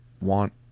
want